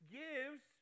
gives